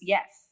Yes